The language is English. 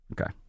Okay